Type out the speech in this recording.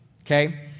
okay